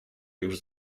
już